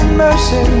mercy